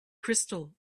crystal